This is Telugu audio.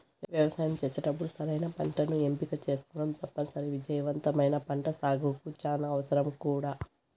వ్యవసాయం చేసేటప్పుడు సరైన పంటను ఎంపిక చేసుకోవటం తప్పనిసరి, విజయవంతమైన పంటసాగుకు చానా అవసరం కూడా